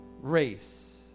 race